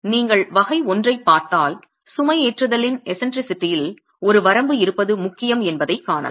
நீங்கள் வகை 1 ஐப் பார்த்தால் சுமைஏற்றுதலின் விசித்திரத்தில் ஒரு வரம்பு இருப்பது முக்கியம் என்பதைக் காணலாம்